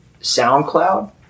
SoundCloud